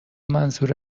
منظور